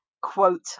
quote